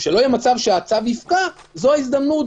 שלא יהיה מצב שהמצב יפקע - זו ההזדמנות